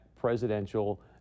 presidential